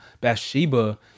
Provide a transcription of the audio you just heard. Bathsheba